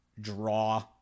draw